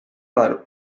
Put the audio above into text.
dar